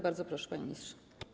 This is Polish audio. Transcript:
Bardzo proszę, panie ministrze.